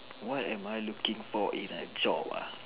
what am I looking for in a job ah